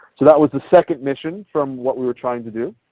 so that was the second mission from what we were trying to do